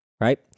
Right